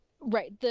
Right